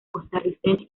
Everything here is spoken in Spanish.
costarricenses